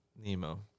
Nemo